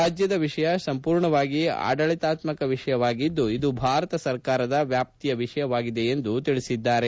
ರಾಜ್ಯದ ಎಷಯ ಸಂಪೂರ್ಣವಾಗಿ ಆಡಳಿತಾತ್ತಕ ವಿಷಯವಾಗಿದ್ದು ಇದು ಭಾರತ ಸರ್ಕಾರದ ವ್ಯಾಪ್ತಿಯ ವಿಷಯವಾಗಿದೆ ಎಂದು ಹೇಳಿದ್ದಾರೆ